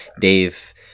Dave